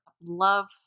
Love